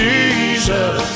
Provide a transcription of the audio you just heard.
Jesus